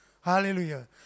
Hallelujah